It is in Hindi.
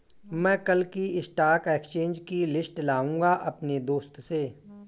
मै कल की स्टॉक एक्सचेंज की लिस्ट लाऊंगा अपने दोस्त से